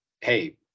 hey